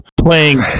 Playing